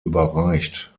überreicht